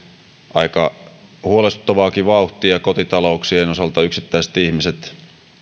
aika huolestuttavaakin vauhtia kotitalouksien osalta yksittäiset ihmiset